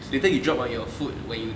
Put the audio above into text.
later you drop on your foot when you